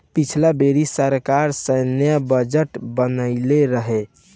पिछला बेरी सरकार सैन्य बजट बढ़इले रहे